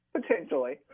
Potentially